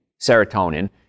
serotonin